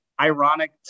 ironic